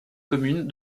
commune